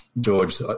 George